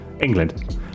England